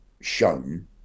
shown